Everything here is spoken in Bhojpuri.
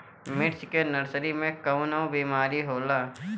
मिर्च के नर्सरी मे कवन बीमारी होला?